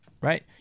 right